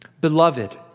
Beloved